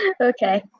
Okay